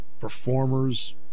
Performers